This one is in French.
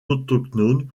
autochtones